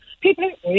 people